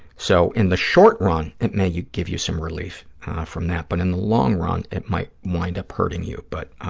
so, in the short run, it may give you some relief from that, but in the long run, it might wind up hurting you. but,